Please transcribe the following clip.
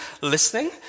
listening